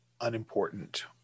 unimportant